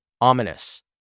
ominous